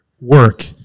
work